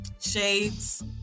Shades